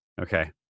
Okay